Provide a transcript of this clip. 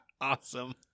awesome